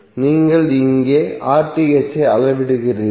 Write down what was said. நீங்கள் இங்கே ஐ அளவிடுவீர்கள்